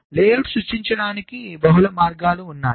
లేఅవుట్ను సృష్టించడానికి బహుళ మార్గాలు ఉన్నాయి